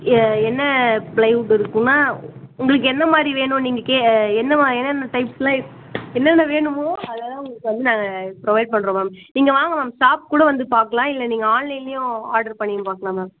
எ என்ன ப்ளைவுட் இருக்கும்னால் உங்களுக்கு என்னமாதிரி வேணும் நீங்கள் கே என்னமா என்னென்ன டைப்ஸெலாம் என்னென்ன வேணுமோ அதெல்லாம் உங்களுக்கு வந்து நாங்கள் ப்ரொவைட் பண்ணுறோம் மேம் நீங்கள் வாங்க மேம் ஷாப் கூட வந்து பார்க்கலாம் இல்லை நீங்கள் ஆன்லைன்லேயும் ஆர்ட்ரு பண்ணியும் பார்க்கலாம் மேம்